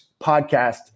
podcast